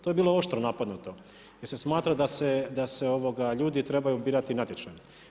To je bilo oštro napadnuto jer se smatra da se ljudi trebaju birati natječajem.